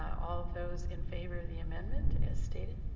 all those in favor of the amendment as stated.